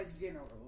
general